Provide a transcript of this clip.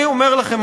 אני אומר לכם,